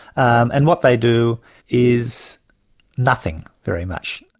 and what they do is nothing very much.